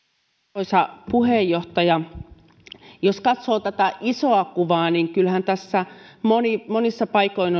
arvoisa puheenjohtaja jos katsoo tätä isoa kuvaa niin kyllähän tässä monin paikoin